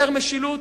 יותר משילות?